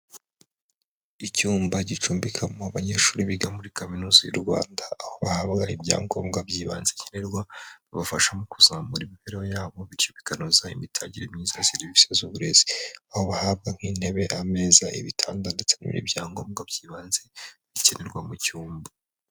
Icyumba gicumbikamo banyeshuri biga muriKkaminuza y'u Rwanda, aho bahabwa ibyangombwa by'ibanze bikenerwa bibafasha mu kuzamura imibereho yabo, bityo bikanoza imitangire myiza ya serivisi z'uburezi aho bahabwa, nk'intebe, ameza, ibitanda ndetse n'ibindi byangombwa by'ibanze bikenerwa mu cyumba.